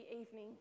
evening